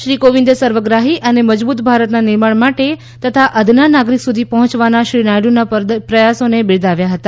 શ્રી કોવિંદે સર્વગ્રાફી અને મજબૂત ભારતના નિર્માણ માટે તથા અદના નાગરિક સુધી પહોંચવાના શ્રી નાયડુના પ્રયાસોને બિરદાવ્યા હતા